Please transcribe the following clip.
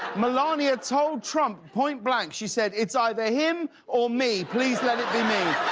melania told trump point blank she said, it's either him or me. please let it be me.